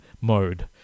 mode